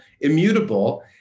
immutable